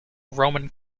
roman